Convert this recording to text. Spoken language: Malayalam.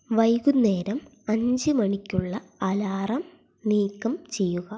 വൈകുന്നേരം അഞ്ച് മണിക്കുള്ള അലറാം നീക്കം ചെയ്യുക